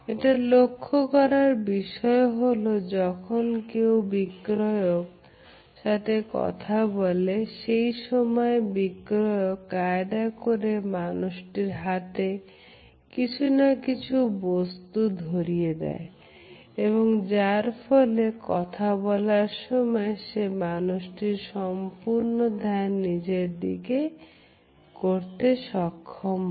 এটা লক্ষ্য করার বিষয় হলো যখন কেউ বিক্রয়ক সাথে কথা বলে সেই সময় বিক্রিয়ক কায়দা করে মানুষটির হাতে কিছু না কিছু বস্তু ধরিয়ে দেয় এবং যার ফলে কথা বলার সময় সে মানুষটির সম্পূর্ণ ধ্যান নিজের দিকে করতে সক্ষম হয়